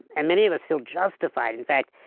and many of us feel justified. in fact,